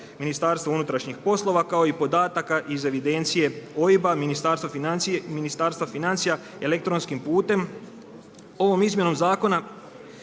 iz evidencije MUP-a kao i podataka iz evidencije OIB-a Ministarstva financija elektronskim putem. Ovom izmjenom zakona